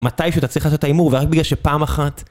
מתישהו תצליח לעשות את ההימור, ורק בגלל שפעם אחת...